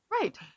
Right